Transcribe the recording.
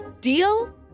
Deal